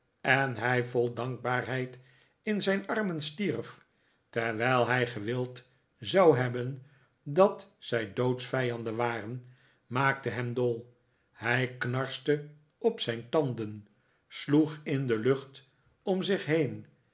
en hij vol dankbaarheid in zijn armen stierf terwijl hij gewild zou hebben dat zij doodsvijanden waren maakte hem dol hij knarste op zijn tanden sloeg in de lucht om zich heen